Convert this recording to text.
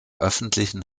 öffentlichen